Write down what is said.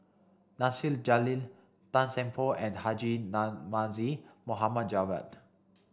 Nasir Jalil Tan Seng Poh and Haji Namazie Mohd Javad